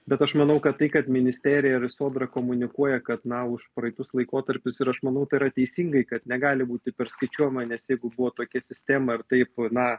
bet aš manau kad tai kad ministerija ir sodra komunikuoja kad na už praeitus laikotarpius ir aš manau tai yra teisingai kad negali būti perskaičiuojama nes jeigu buvo tokia sistema ir taip na